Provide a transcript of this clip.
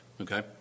Okay